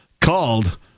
called